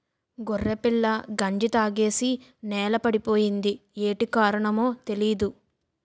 గొర్రెపిల్ల గంజి తాగేసి నేలపడిపోయింది యేటి కారణమో తెలీదు